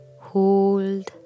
Hold